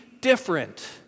different